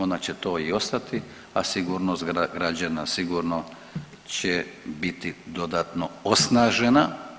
Ona će to i ostati, a sigurnost građana sigurno će biti dodatno osnažena.